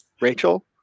Rachel